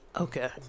Okay